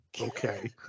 okay